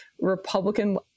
Republican